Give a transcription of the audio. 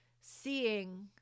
seeing